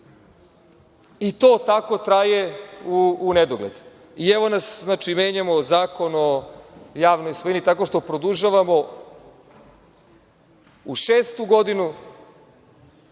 To tako traje u nedogled. I, evo nas, menjamo Zakon o javnoj svojini tako što produžavamo u šestu godinu